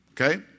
okay